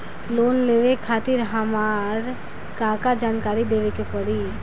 Loan लेवे खातिर हमार का का जानकारी देवे के पड़ी?